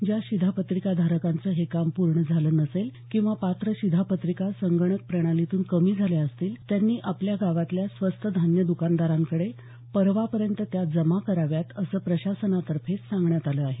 ज्या शिधापत्रिकाधारकांचं हे काम पूर्ण झालं नसेल किंवा पात्र शिधापत्रिका संगणक प्रणालीतून कमी झाल्या असतील त्यांनी आपल्या गावातल्या स्वस्त धान्य दुकानदारांकडे परवापर्यंत जमा कराव्यात असं प्रशासनातर्फे सांगण्यात आलं आहे